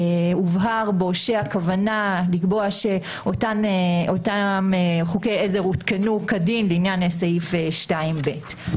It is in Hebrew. הובהר בו שהכוונה לקבוע שאותם חוקי עזר הותקנו כדין לעניין סעיף 2(ב).